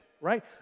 right